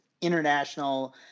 International